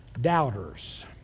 doubters